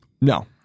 No